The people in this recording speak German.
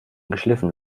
geschliffen